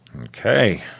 Okay